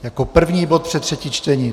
Jako první bod před třetí čtení.